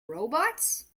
robots